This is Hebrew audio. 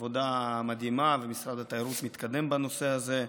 עבודה מדהימה, ומשרד התיירות מתקדם בנושא הזה.